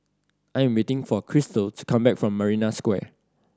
I'm waiting for Krystal to come back from Marina Square